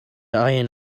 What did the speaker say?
iron